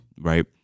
right